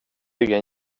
bygga